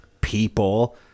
people